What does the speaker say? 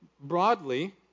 Broadly